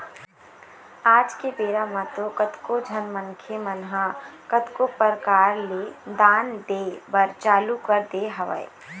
आज के बेरा म तो कतको झन मनखे मन ह कतको परकार ले दान दे बर चालू कर दे हवय